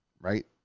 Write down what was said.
right